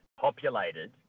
populated